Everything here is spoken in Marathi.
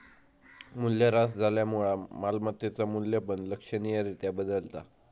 मूल्यह्रास झाल्यामुळा मालमत्तेचा मू्ल्य पण लक्षणीय रित्या बदलता